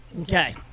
Okay